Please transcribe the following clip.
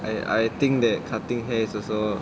and I think that cutting hair also